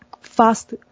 fast